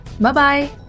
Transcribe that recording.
Bye-bye